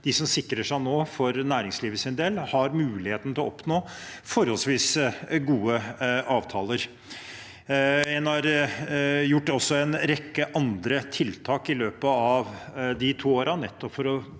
de som sikrer seg nå, for næringslivets del, har muligheten til å oppnå forholdsvis gode avtaler. En har også gjort en rekke andre tiltak i løpet av de siste to årene, nettopp for å